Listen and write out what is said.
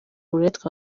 uburetwa